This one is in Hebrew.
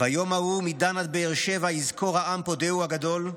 / ביום ההוא מדן עד באר שבע / יזכור העם פודהו הגדול,